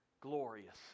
glorious